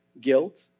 guilt